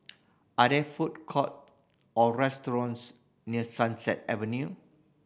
are there food courts or restaurants near Sunset Avenue